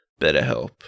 BetterHelp